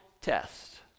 test